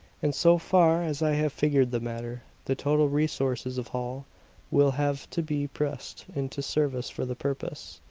and so far as i have figured the matter, the total resources of holl will have to be pressed into service for the purpose.